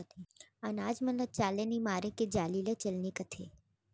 अनाज मन ल चाले निमारे के जाली ल चलनी कथें